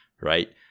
Right